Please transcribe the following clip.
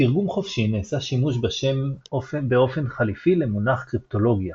בתרגום חופשי נעשה שימוש בשם באופן חליפי למונח קריפטולוגיה